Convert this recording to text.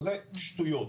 זה שטויות.